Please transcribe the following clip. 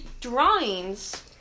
drawings